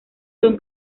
son